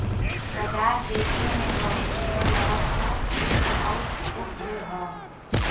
बाजार देखे में सुंदर लगत हौ आउर खूब भीड़ हौ